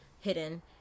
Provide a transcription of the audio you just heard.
hidden